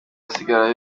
asigara